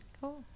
Cool